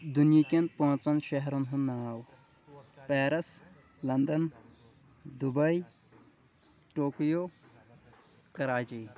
دُنیہِکٮ۪ن پانٛژَن شہرَن ہُنٛد ناو Paris London Dubai Tokyo Karachi